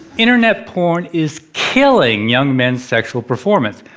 internet porn is killing young men's sexual performance.